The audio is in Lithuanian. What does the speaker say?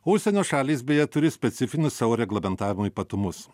užsienio šalys beje turi specifinius savo reglamentavimo ypatumus